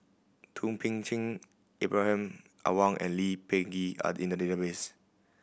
Thum Ping Tjin Ibrahim Awang and Lee Peh Gee are in the database